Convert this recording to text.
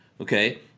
Okay